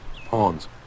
Pawns